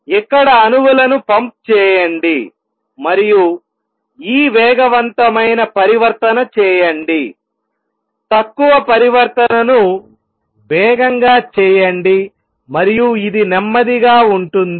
ఇక్కడ అణువులను పంప్ చేయండి మరియు ఈ వేగవంతమైన పరివర్తన చేయండి తక్కువ పరివర్తనను వేగంగా చేయండి మరియు ఇది నెమ్మదిగా ఉంటుంది